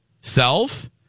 self